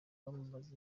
bamubaza